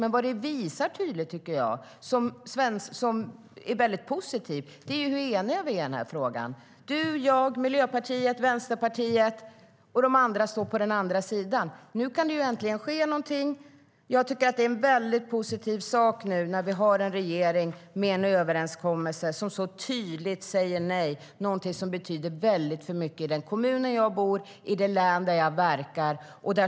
Men det här visar, vilket är positivt, hur eniga vi är i frågan - Helena Lindahl, jag, Miljöpartiet och Vänsterpartiet. De andra står på den andra sidan. Nu kan det äntligen ske något. Det är positivt att vi nu har en regering som har ingått en överenskommelse som så tydligt säger nej. Det betyder mycket i den kommun där jag bor och i det län där jag verkar.